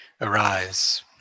arise